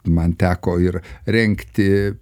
man teko ir rengti